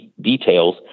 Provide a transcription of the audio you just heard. details